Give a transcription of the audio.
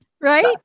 right